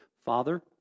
Father